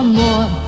more